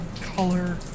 color